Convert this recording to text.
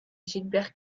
gilbert